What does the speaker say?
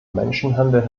menschenhandel